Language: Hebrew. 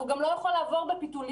הוא גם לא יכול לעבור בפיתוליות.